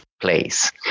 Place